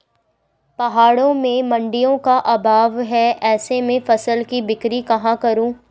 पहाड़ों में मडिंयों का अभाव है ऐसे में फसल की बिक्री कहाँ करूँ?